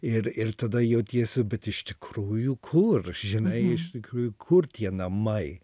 ir ir tada jautiesi bet iš tikrųjų kur žinai iš tikrųjų kur tie namai